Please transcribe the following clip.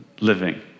living